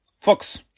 fox